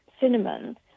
cinnamon